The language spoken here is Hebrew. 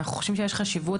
אנחנו חושבים שיש חשיבות.